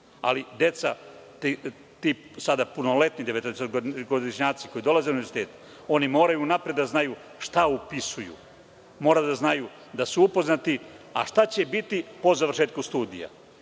ali deca, ti sada punoletni devetnaestogodišnjaci koji dolaze na univerzitet oni moraju unapred da znaju šta upisuju, moraju da budu upoznati, a šta će biti po završetku studija.